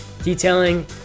Detailing